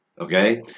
okay